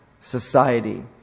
society